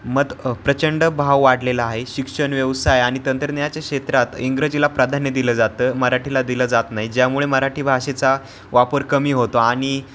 मत प्रचंड भाव वाढलेला आहे शिक्षण व्यवसाय आणि तंत्रज्ञाच्या क्षेत्रात इंग्रजीला प्राधान्य दिलं जातं मराठीला दिलं जात नाही ज्यामुळे मराठी भाषेचा वापर कमी होतो आणि